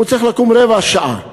הוא צריך לקום רבע שעה קודם.